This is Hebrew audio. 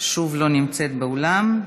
שוב לא נמצאת באולם.